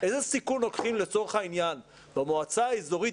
איזה סיכון לוקחים לצורך העניין במועצה האזורית